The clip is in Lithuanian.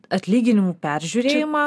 atlyginimų peržiūrėjimą